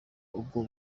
ubwo